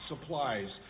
supplies